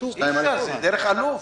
דרך אלוף.